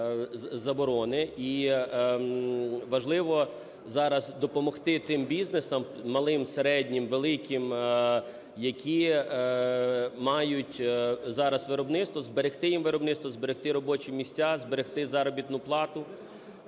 І важливо зараз допомогти тим бізнесам малим, середнім, великим, які мають зараз виробництво, зберегти їм виробництво, зберегти робочі місця, зберегти заробітну плату.